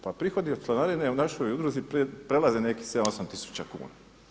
Pa prihodi od članarine u našoj udruzi prelaze nekih 7, 8000 kuna.